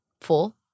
full